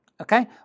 okay